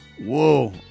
Whoa